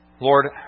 Lord